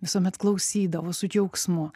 visuomet klausydavo su džiaugsmu